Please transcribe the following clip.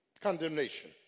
Condemnation